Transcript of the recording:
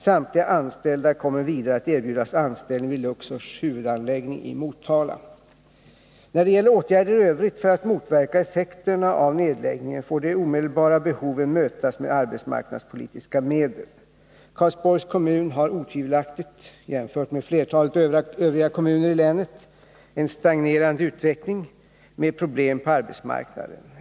Samtliga anställda kommer vidare att erbjudas anställning vid Luxors huvudanläggning i Motala. När det gäller åtgärder i övrigt för att motverka effekterna av nedläggningen får de omedelbara behoven mötas med arbetsmarknadspolitiska medel. Karlsborgs kommun har otvivelaktigt, jämfört med flertalet övriga kommuner i länet, en stagnerande utveckling med problem på arbetsmarknaden.